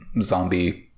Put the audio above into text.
zombie